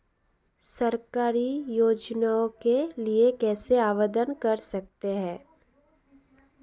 सरकारी योजनाओं के लिए कैसे आवेदन कर सकते हैं?